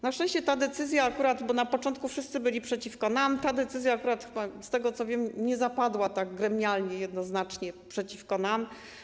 Na szczęście - bo na początku wszyscy byli przeciwko nam - ta decyzja akurat, z tego, co wiem, nie zapadła tak gremialnie, jednoznacznie przeciwko nam.